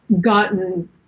gotten